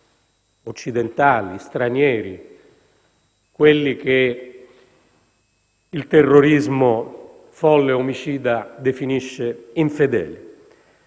occidentali, stranieri, quelli che il terrorismo folle e omicida definisce infedeli.